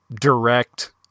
direct